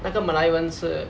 那个马来人是